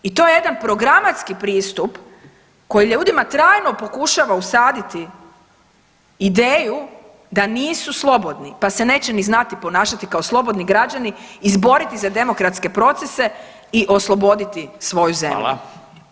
I to je jedan programatski pristup koji ljudima trajno pokušava usaditi ideju da nisu slobodni, pa se neće ni znati ponašati kao slobodni građani i izboriti za demokratske procese i osloboditi svoju zemlju.